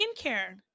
skincare